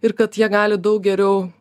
ir kad jie gali daug geriau